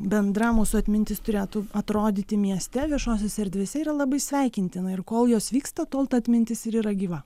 bendra mūsų atmintis turėtų atrodyti mieste viešosiose erdvėse labai sveikintina ir kol jos vyksta tol ta atmintis ir yra gyva